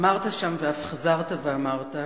אמרת שם, ואף חזרת ואמרת,